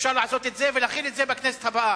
אפשר לעשות זאת ולהחיל את זה בכנסת הבאה.